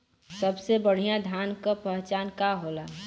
सबसे बढ़ियां धान का पहचान का होला?